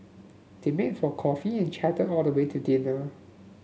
they met for coffee and chatted all the way till dinner